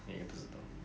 你也不知道